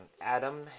Adam